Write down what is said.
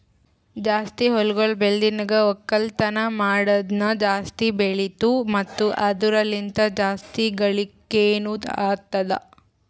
ಜಾಸ್ತಿ ಹಳ್ಳಿಗೊಳ್ ಬೆಳ್ದನ್ಗ ಒಕ್ಕಲ್ತನ ಮಾಡದ್ನು ಜಾಸ್ತಿ ಬೆಳಿತು ಮತ್ತ ಅದುರ ಲಿಂತ್ ಜಾಸ್ತಿ ಗಳಿಕೇನೊ ಅತ್ತುದ್